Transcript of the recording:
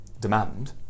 demand